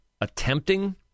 attempting